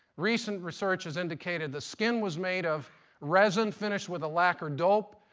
recent research has indicated the skin was made of resin finished with a lacquer dope.